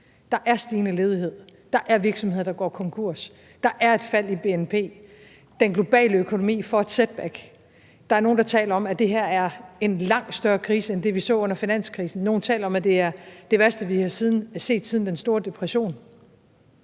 Der er stigende ledighed, der er virksomheder, der går konkurs, der er et fald i bnp, den globale økonomi får et setback. Der er nogen, der taler om, at det her er en langt større krise end den, vi så under finanskrisen, og nogen taler om, at det er det værste, vi har set siden den store depression.